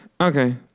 Okay